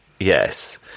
Yes